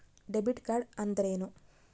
Debit card ಅಂದ್ರೇನು?